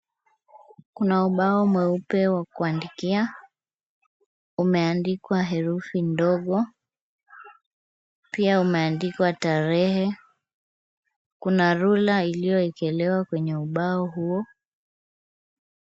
Kuna ubao mweupe wa kuandikia. Umeandikwa herufi ndogo. Pia umeandikwa tarehe. Kuna ruler iliyoekelewa kwenye ubao huo.